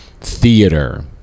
theater